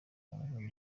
kamwe